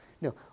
no